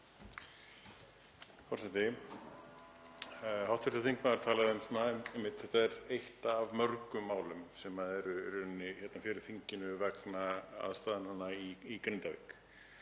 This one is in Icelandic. að þetta væri eitt af mörgum málum sem eru fyrir þinginu vegna aðstæðnanna í Grindavík